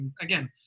Again